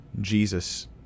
Jesus